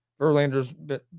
Verlanders